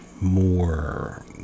more